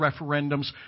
referendums